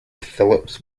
phillips